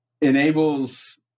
enables